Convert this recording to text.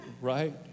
right